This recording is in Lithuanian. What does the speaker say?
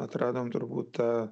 atradom turbūt tą